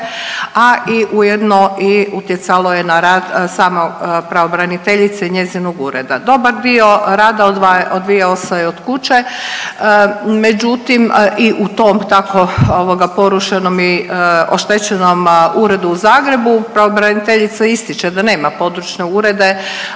a i ujedno i utjecalo je na rad same pravobraniteljice i njezinog ureda. Dobar dio rada odvijao se i od kuće, međutim i u tom tako ovoga porušenom i oštećenom uredu u Zagrebu pravobraniteljica ističe da nema područne urede